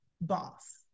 boss